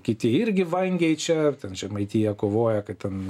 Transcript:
kiti irgi vangiai čia ar ten žemaitija kovoja kad ten